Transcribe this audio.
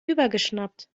übergeschnappt